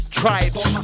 tribes